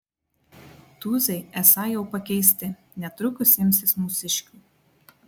tūzai esą jau pakeisti netrukus imsis mūsiškių